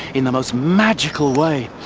in the most magical way.